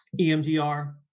EMDR